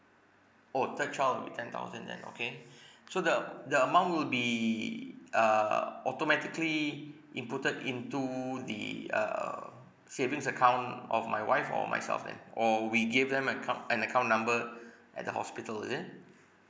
oh third child will be ten thousand then okay so the the amount will be uh automatically inputted into the err savings account of my wife or myself then or we gave them aco~ an account number at the hospital is it